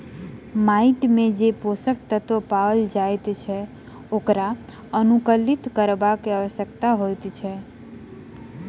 माइट मे जे पोषक तत्व पाओल जाइत अछि ओकरा अनुकुलित करब आवश्यक होइत अछि